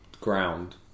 Ground